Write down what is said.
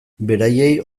beraiei